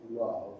love